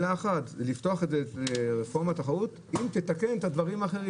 לעשות רפורמה לתחרות אם תתקן את הדברים האחרים.